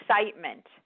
excitement